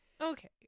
Okay